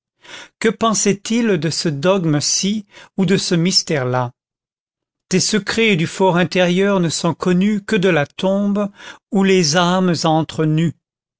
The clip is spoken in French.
que pensait-il de ce dogme ci ou de ce mystère là ces secrets du for intérieur ne sont connus que de la tombe où les âmes entrent nues